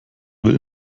will